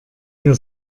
hier